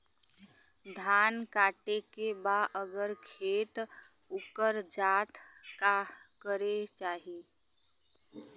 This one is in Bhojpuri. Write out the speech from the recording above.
धान कांटेके बाद अगर खेत उकर जात का करे के चाही?